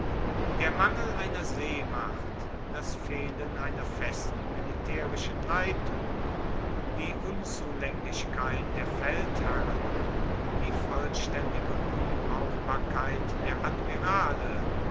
der mangel einer seemacht das fehlen einer festen militaerischen leitung die unzulaenglichkeit der feldherren die vollstaendige unbrauchbarkeit der admirale